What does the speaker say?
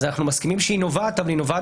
אנחנו מסכימים שהיא נובעת אבל היא נובעת